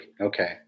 okay